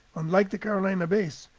unlike the carolina bays,